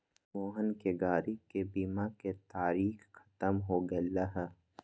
मोहन के गाड़ी के बीमा के तारिक ख़त्म हो गैले है